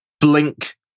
blink